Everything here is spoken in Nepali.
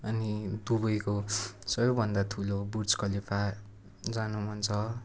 अनि दुबईको सबैभन्दा ठुलो बुर्ज खलिफा जानु मन छ